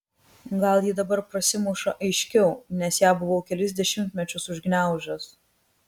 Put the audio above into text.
gal ji dabar prasimuša aiškiau nes ją buvau kelis dešimtmečius užgniaužęs